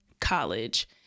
college